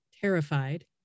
terrified